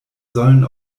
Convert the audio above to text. sollen